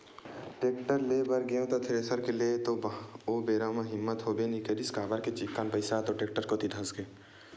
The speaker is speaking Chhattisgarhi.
टेक्टर ले बर गेंव त थेरेसर के लेय के तो ओ बेरा म हिम्मत होबे नइ करिस काबर के चिक्कन पइसा ह तो टेक्टर कोती धसगे